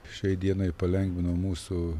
šiai dienai palengvina mūsų